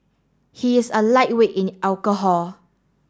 he is a lightweight in alcohol